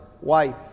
wife